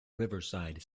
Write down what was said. riverside